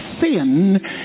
sin